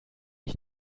ich